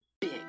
Big